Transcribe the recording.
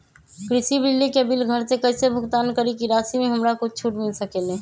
कृषि बिजली के बिल घर से कईसे भुगतान करी की राशि मे हमरा कुछ छूट मिल सकेले?